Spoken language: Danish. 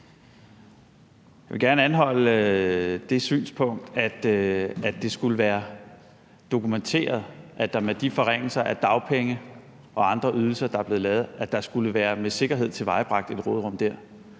Jeg vil gerne anholde det synspunkt, at det skulle være dokumenteret, at der med de forringelser af dagpenge og andre ydelser, der er blevet lavet, med sikkerhed skulle være tilvejebragt et råderum der.